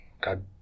God